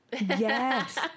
Yes